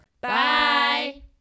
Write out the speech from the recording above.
Bye